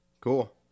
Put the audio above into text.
cool